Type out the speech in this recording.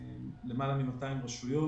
למעלה מ-200 רשויות.